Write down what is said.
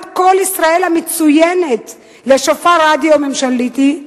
"קול ישראל" המצוינת לשופר רדיו ממשלתי,